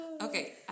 Okay